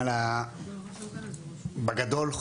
בגדול,